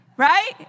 Right